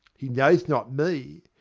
he knows not me.